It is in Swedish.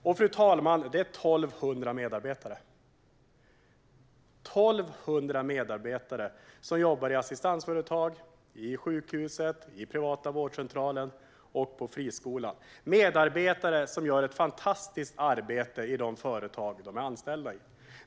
Det är, fru talman, 1 200 medarbetare. De jobbar i assistansföretag, på sjukhuset, på den privata vårdcentralen och i friskolan. Dessa medarbetare gör ett fantastiskt jobb i de företag som de är anställda i.